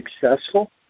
successful